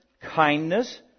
kindness